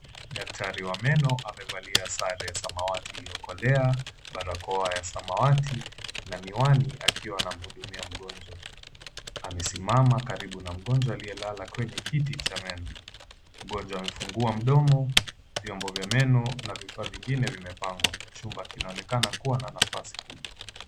Daktari wa meno amevalia sare za samawati iliyokolea , barakoa ya samawati na miwani akiwa anamhudumia mgonjwa. Amesimama karibu na mgonjwa aliyelala kwenye kiti cha meno, mgonjwa amefungua mdomo, vyombo vya meno na vifaa vingine vimepangwa na chumba kinaonekana kuwa na nafasi kubwa.